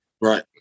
Right